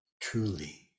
truly